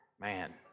Man